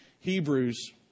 Hebrews